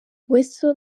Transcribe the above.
weasel